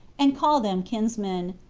and call them kinsmen,